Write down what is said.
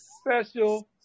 Special